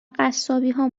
قصابیها